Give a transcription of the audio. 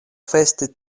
festi